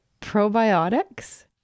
probiotics